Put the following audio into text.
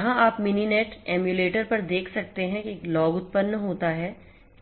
तो यहाँ आप मिनीनेट एमुलेटर पर देख सकते हैं एक लॉग उत्पन्न होता है